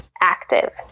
active